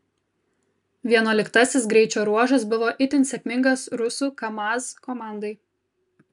vienuoliktasis greičio ruožas buvo itin sėkmingas rusų kamaz komandai